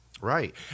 Right